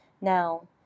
now